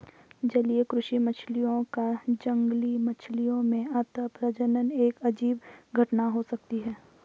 जलीय कृषि मछलियों का जंगली मछलियों में अंतःप्रजनन एक अजीब घटना हो सकती है